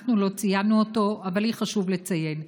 אנחנו לא ציינו אותו, אבל לי חשוב לציין.